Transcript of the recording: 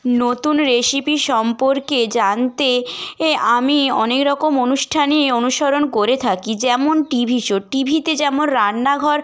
নতুন রেসিপি সম্পর্কে জানতে এ আমি অনেক রকম অনুষ্ঠানই অনুসরণ করে থাকি যেমন টিভি শো টিভিতে যেমন রান্নাঘর